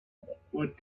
what